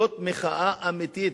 זאת מחאה אמיתית,